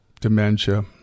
dementia